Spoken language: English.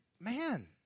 man